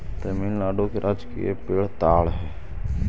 तमिलनाडु के राजकीय पेड़ ताड़ हई